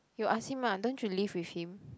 you ask him ah don't you live with him